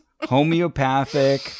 homeopathic